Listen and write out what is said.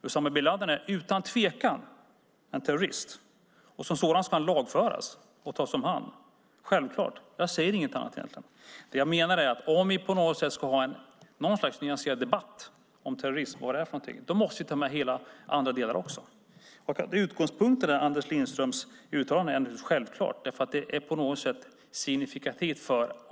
Usama bin Ladin är utan tvekan en terrorist, och som sådan ska han lagföras och tas om hand - självklart. Jag säger inget annat. Det jag menar är att om vi ska ha något slags nyanserad debatt om terrorism och vad det är måste vi ta med andra delar också. Utgångspunkten är självklart Anders Lindströms uttalande, för det är signifikativt.